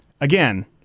again